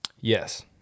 Yes